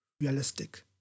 realistic